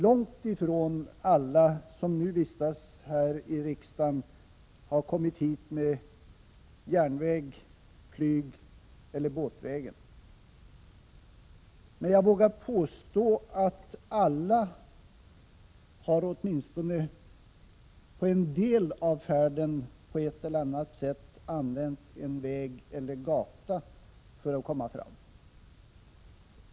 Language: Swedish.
Långt ifrån alla som nu vistas här i riksdagen har kommit hit med järnväg, med flyg eller båtvägen, men jag vågar påstå att alla har åtminstone på en del av färden på ett eller annat sätt använt en väg eller gata för att komma fram.